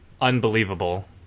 unbelievable